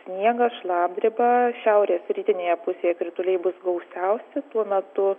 sniegas šlapdriba šiaurės rytinėje pusėje krituliai bus gausiausi tuo metu